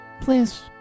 Please